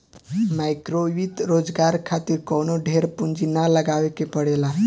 माइक्रोवित्त रोजगार खातिर कवनो ढेर पूंजी ना लगावे के पड़ेला